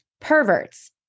perverts